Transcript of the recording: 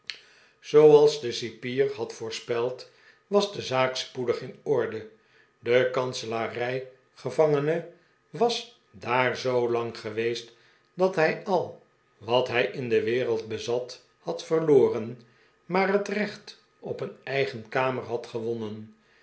zooals de cipier had voorspeld was de zaak spoedig in orde de kanselarij gevangene was daar zoolang geweest dat hij al wat hij in de wereld bezat had verloren maar het recht op een eigen kamer had gewo